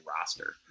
roster